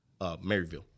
Maryville